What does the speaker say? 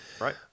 Right